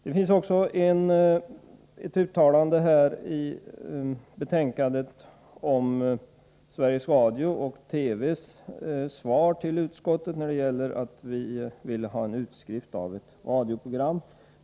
Det finns i betänkandet ett uttalande om Sveriges Radios och TV:s svar till utskottet på vår begäran om en utskrift av ett radioprogram.